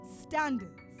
standards